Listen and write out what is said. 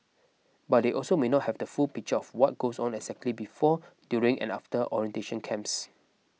but they also may not have the full picture of what goes on exactly before during and after orientation camps